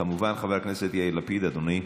כמובן, חבר הכנסת יאיר לפיד, אדוני.